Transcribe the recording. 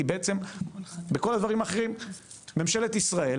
כי בעצם בכל הדברים האחרים ממשלת ישראל,